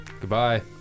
Goodbye